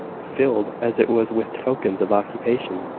filled as it was with tokens of occupation,